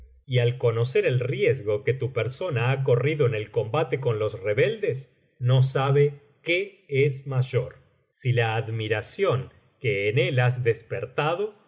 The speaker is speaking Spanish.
y al conocer el riesgo que tu persona ha corrido en el combate con los rebeldes no sabe qué es mayor si la admiración que en él has despertado